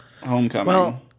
homecoming